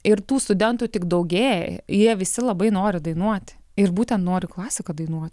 ir tų studentų tik daugėja jie visi labai nori dainuoti ir būtent nori klasiką dainuot